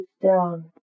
down